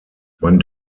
man